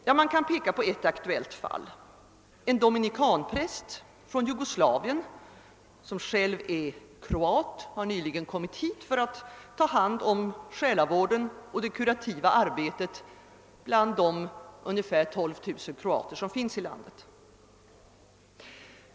Ja, man kan peka på ett aktuellt fall, en dominikanpräst från Jugoslavien, själv kroat, som nyligen har kommit hit för att ta hand om själavården och det kurativa arbetet bland de ungefär 12 000 kroater som finns här i landet.